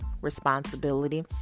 responsibility